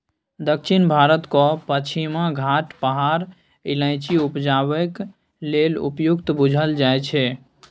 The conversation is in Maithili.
दक्षिण भारतक पछिमा घाट पहाड़ इलाइचीं उपजेबाक लेल उपयुक्त बुझल जाइ छै